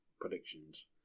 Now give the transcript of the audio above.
predictions